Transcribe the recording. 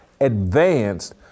Advanced